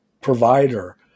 provider